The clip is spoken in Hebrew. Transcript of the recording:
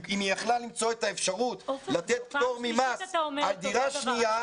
אם היא יכלה למצוא את האפשרות לתת פטור ממס על דירה שנייה,